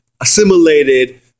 assimilated